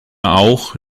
auch